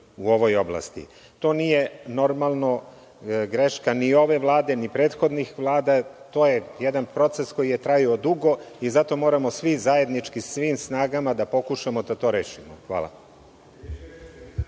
u ovoj oblasti. To nije, normalno, greška ni ove Vlade, ni prethodnih vlada, to je jedan proces koji je trajao dugo i zato moramo svi zajednički, svim snagama da pokušamo da to rešimo. Hvala.